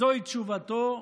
זו תשובתו,